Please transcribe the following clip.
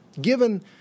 given